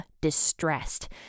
distressed